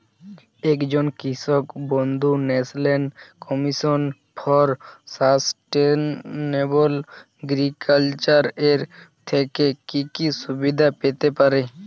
একজন কৃষক বন্ধু national commission for sustainable agriculture এর থেকে কি কি সুবিধা পেতে পারে?